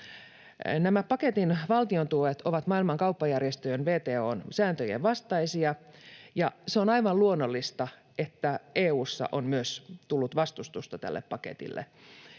Nämä paketin valtiontuet ovat Maailman kauppajärjestön WTO:n sääntöjen vastaisia, ja on aivan luonnollista, että EU:sta on myös tullut vastustusta tälle paketille.